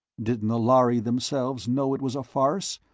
didn't the lhari themselves know it was a farce?